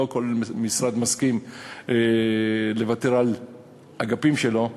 לא כל משרד מסכים לוותר על אגפים שלו,